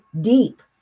deep